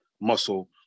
muscle